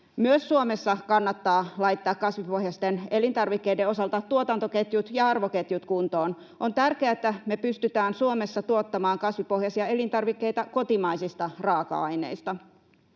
Myös Suomessa kannattaa laittaa kasvipohjaisten elintarvikkeiden osalta tuotantoketjut ja arvoketjut kuntoon. On tärkeätä, että me pystytään Suomessa tuottamaan kasvipohjaisia elintarvikkeita kotimaisista raaka-aineista.